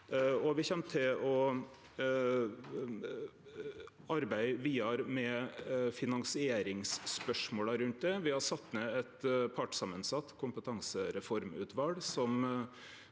Me kjem òg til å arbeide vidare med finansieringsspørsmåla rundt det. Me har sett ned eit partssamansett kompetansereformutval